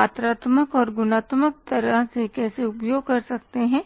मात्रात्मक और गुणात्मक तरह से कैसे उपयोग कर सकते हैं